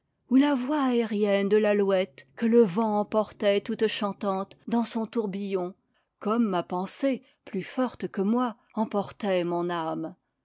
ou la voix aérienne de l'alouette que le vent emportait toute chantante dans son tourbillon comme ma pensée plus forte que moi emportait mon ame